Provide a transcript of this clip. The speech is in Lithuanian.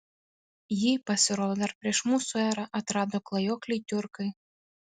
jį pasirodo dar prieš mūsų erą atrado klajokliai tiurkai